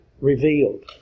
revealed